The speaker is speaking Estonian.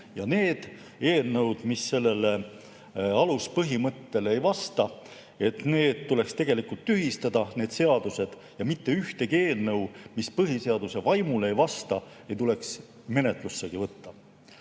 Need eelnõud, mis sellele aluspõhimõttele ei vasta, tuleks tühistada, ja mitte ühtegi eelnõu, mis põhiseaduse vaimule ei vasta, ei tuleks menetlussegi võtta.